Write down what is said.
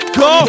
go